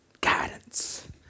guidance